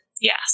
Yes